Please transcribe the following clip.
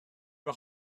m’a